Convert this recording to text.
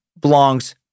belongs